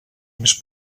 més